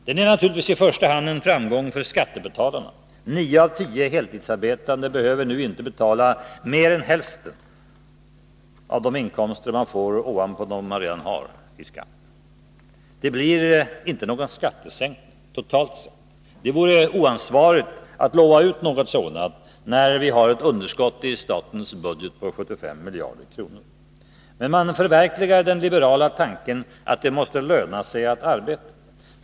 Den är naturligtvis i första hand en framgång för skattebetalarna. Nio av tio heltidsarbetande behöver nu inte betala mer än hälften av de inkomster man får ovanpå dem man redan hade i skatt. Det blir inte någon skattesänkning totalt sett. Det vore oansvarigt att lova ut något sådant, när underskottet i statens budget är omkring 75 miljarder. Men man förverkligar den liberala tanken att det måste löna sig att arbeta.